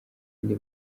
andi